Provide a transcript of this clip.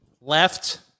Left